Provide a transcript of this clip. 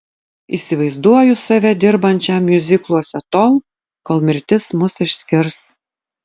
įsivaizduoju save dirbančią miuzikluose tol kol mirtis mus išskirs